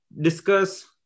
discuss